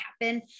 happen